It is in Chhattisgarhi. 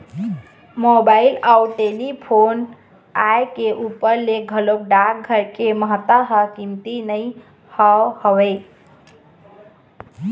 मोबाइल अउ टेलीफोन के आय ऊपर ले घलोक डाकघर के महत्ता ह कमती नइ होय हवय